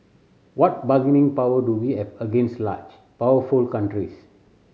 what bargaining power do we have against large powerful countries